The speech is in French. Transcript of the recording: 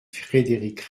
frédéric